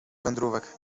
wędrówek